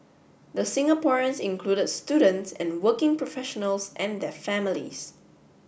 the Singaporeans included students and working professionals and their families